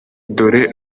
dore